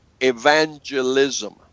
evangelism